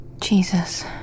Jesus